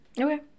Okay